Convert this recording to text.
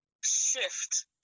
shift